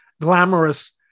glamorous